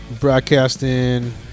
Broadcasting